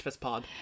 Pod